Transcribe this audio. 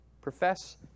profess